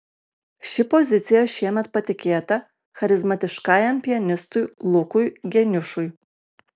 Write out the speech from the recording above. ši pozicija šiemet patikėta charizmatiškajam pianistui lukui geniušui